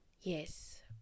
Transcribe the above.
yes